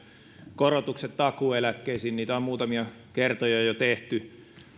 korotukset takuueläkkeisiin niitä on muutamia kertoja jo jo tehty